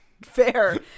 Fair